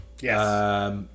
Yes